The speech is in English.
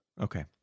Okay